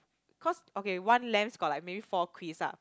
cause okay one lams got like maybe four quiz ah